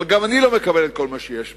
אבל גם אני לא מקבל את כל מה שיש בה.